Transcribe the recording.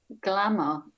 glamour